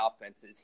offenses